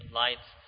lights